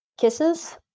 kisses